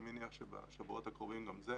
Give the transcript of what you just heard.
אני מניח שבשבועות הקרובים גם זה